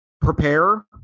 prepare